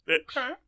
Okay